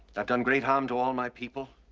i've done great harm to all my people,